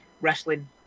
wrestling